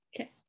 Okay